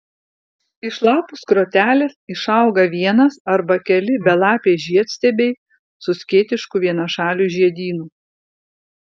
iš lapų skrotelės išauga vienas arba keli belapiai žiedstiebiai su skėtišku vienašaliu žiedynu